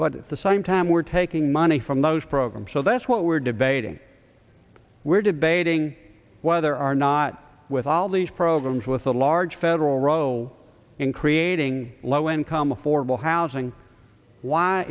but at the same time we're taking money from those programs so that's what we're debating we're debating whether or not with all these programs with a large federal row in creating low income affordable housing why